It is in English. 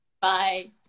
Bye